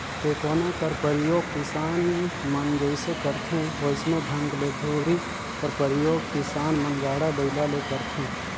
टेकोना कर परियोग किसान मन जइसे करथे वइसने ढंग ले धूरी कर परियोग किसान मन गाड़ा बइला मे करथे